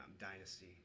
dynasty